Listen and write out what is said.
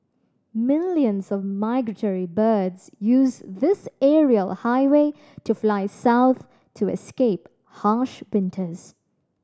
millions of migratory birds use this aerial highway to fly south to escape harsh winters